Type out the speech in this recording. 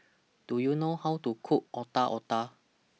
Do YOU know How to Cook Otak Otak